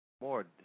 more